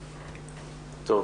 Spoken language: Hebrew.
טוב.